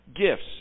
gifts